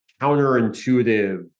counterintuitive